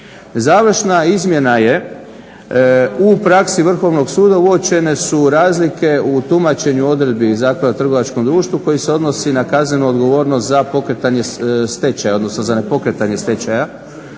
Završna izmjena je, u praksi Vrhovnog suda uočene su razlike u tumačenju odredbi Zakona o trgovačkom društvu koji se odnosi na kaznenu odgovornost za pokretanje stečaja, odnosno za nepokretanje stečaja